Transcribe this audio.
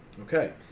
Okay